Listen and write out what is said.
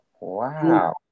Wow